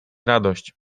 radość